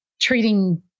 treating